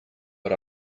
but